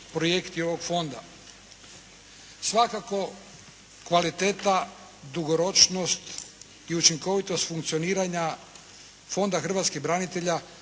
Svakako kvaliteta, dugoročnost i učinkovitost funkcioniranja Fonda hrvatskih branitelja